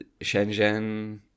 Shenzhen